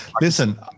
Listen